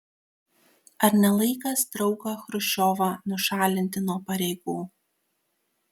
ar ne laikas draugą chruščiovą nušalinti nuo pareigų